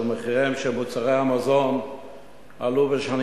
שמחיריהם של מוצרי המזון עלו בשנים